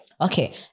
Okay